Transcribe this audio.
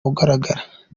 ugaragara